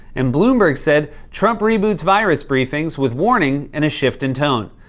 and bloomberg said, trump reboots virus briefings with warning and a shift in tone.